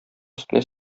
өстенә